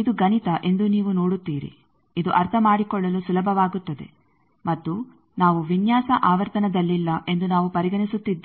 ಇದು ಗಣಿತ ಎಂದು ನೀವು ನೋಡುತ್ತೀರಿ ಇದು ಅರ್ಥ ಮಾಡಿಕೊಳ್ಳಲು ಸುಲಭವಾಗುತ್ತದೆ ಮತ್ತು ನಾವು ವಿನ್ಯಾಸ ಆವರ್ತನದಲ್ಲಿಲ್ಲ ಎಂದು ನಾವು ಪರಿಗಣಿಸುತ್ತಿದ್ದೇವೆ